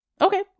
Okay